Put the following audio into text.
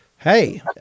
Hey